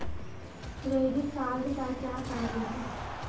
Credit card का क्या कार्य है?